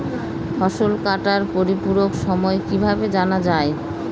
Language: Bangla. ফসল কাটার পরিপূরক সময় কিভাবে জানা যায়?